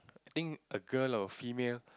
I think a girl or female